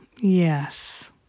yes